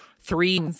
three